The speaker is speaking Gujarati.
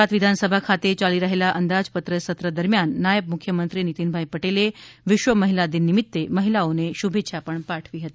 ગુજરાત વિધાનસભા ખાતે ચાલી રહેલા અંદાજપત્ર સત્ર દરમિયાન નાયબ મુખ્યમંત્રી નિતિનભાઈ પટેલએ વિશ્વ મહિલા દિન નિમિત્ત મહિલાઓને શુભેચ્છા પાઠવી હતી